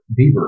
Bieber